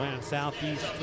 southeast